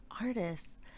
artists